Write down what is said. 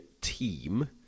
team